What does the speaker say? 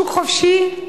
שוק חופשי,